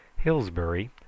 Hillsbury